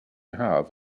have